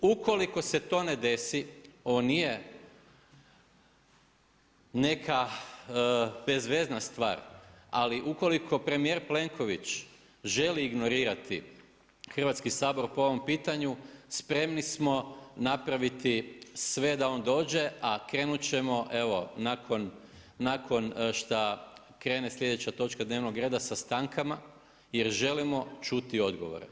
Ukoliko se to ne desi, ovo nije neka bezvezna stvar ali ukoliko premijer Plenković želi ignorirati Hrvatski sabor po ovom pitanju spremni smo napraviti sve da on dođe a krenuti ćemo evo nakon, nakon šta krene sljedeća točka dnevnog reda sa stankama jer želimo čuti odgovore.